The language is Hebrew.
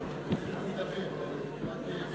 היושבת-ראש,